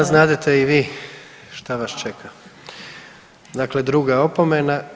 A znadete i vi šta vas čeka, dakle druga opomena.